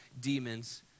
demons